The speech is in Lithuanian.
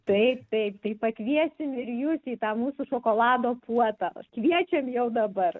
taip taip tai pakviesim ir jus į tą mūsų šokolado puotą kviečiam jau dabar